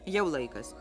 jau laikas